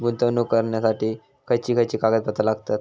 गुंतवणूक करण्यासाठी खयची खयची कागदपत्रा लागतात?